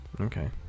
Okay